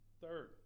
Third